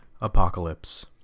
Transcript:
apocalypse